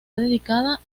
dedicada